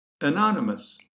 anonymous